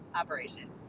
operation